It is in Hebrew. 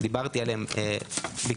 דיברתי עליהם בקצרה,